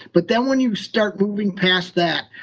but then when you start moving past that,